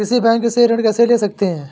किसी बैंक से ऋण कैसे ले सकते हैं?